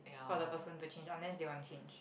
for the person to change unless they want change